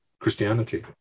Christianity